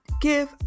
give